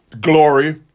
Glory